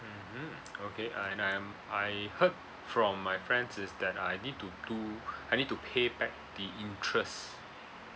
mmhmm okay and I'm I heard from my friends is that I need to do I need to pay back the interest